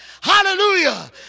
Hallelujah